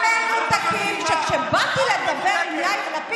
המנותקים, המפלגה המדומיינת הזאת קיבלה 33 מנדטים.